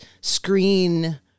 screen